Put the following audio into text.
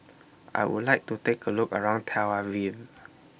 I Would like to Take A Look around Tel Aviv